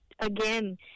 again